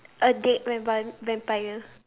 a dead vampire vampire